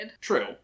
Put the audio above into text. true